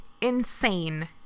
insane